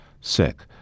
sick